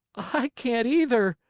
i can't either,